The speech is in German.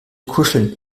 kuscheln